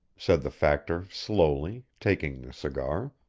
said the factor slowly, taking the cigar.